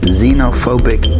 xenophobic